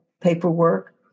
paperwork